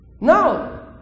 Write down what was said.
No